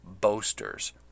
boasters